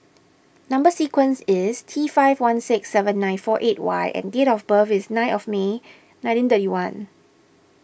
Number Sequence is T five one six seven nine four eight Y and date of birth is nine of May nineteen thirty one